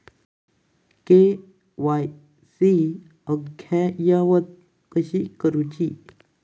KYC अद्ययावत कशी करुची?